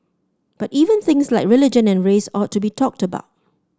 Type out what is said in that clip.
but even things like religion and race ought to be talked about